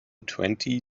twenty